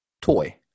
Toy